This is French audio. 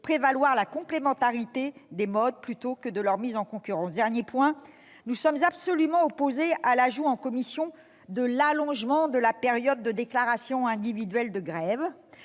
privé et la complémentarité des modes plutôt que leur mise en concurrence. Dernier point : nous sommes absolument opposés à l'ajout en commission de l'allongement de la période de déclaration individuelle de grève.